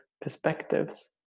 perspectives